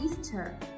easter